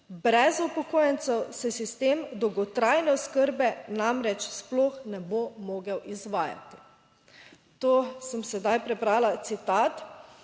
Brez upokojencev se sistem dolgotrajne oskrbe namreč sploh ne bo mogel izvajati." - to sem sedaj prebrala citat